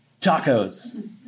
tacos